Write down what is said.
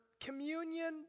communion